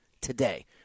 today